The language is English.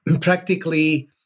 practically